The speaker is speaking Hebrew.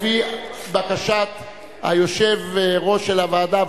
לפי בקשת היושב-ראש של הוועדה,